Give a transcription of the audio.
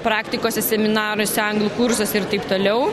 praktikose seminaruose anglų kursuose ir taip toliau